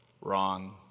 Wrong